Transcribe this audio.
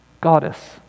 goddess